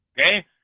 Okay